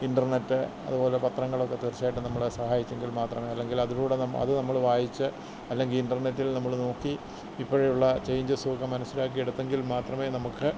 internet അതുപോലെ പത്രങ്ങളൊക്കെ തീര്ച്ചയായിട്ടും നമ്മളെ സഹായിച്ചെങ്കിൽ മാത്രമേ അല്ലെങ്കിലതിലൂടെ നമ്മൾ അത് നമ്മൾ വായിച്ച് അല്ലെങ്കിൽ ഇന്റെര്നെറ്റില് നമ്മൾ നോക്കി ഇപ്പോഴിതിലുള്ള ചേഞ്ചസും ഒക്കെ മനസ്സിലാക്കിയെടുത്തെങ്കില് മാത്രമേ നമുക്ക്